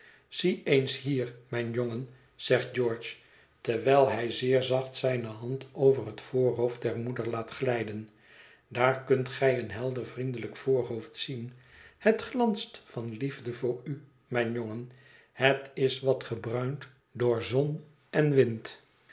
zie eens hier mijn jongen zegt george terwijl hij zeer zacht zijne hand over het voorhoofd der moeder laat glijden daar kunt gij een helder vriendelijk voorhoofd zien het glanst van liefde voor u mijn jongen het is wat gebruind door zon en wind